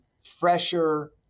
fresher